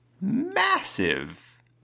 massive